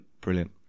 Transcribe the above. Brilliant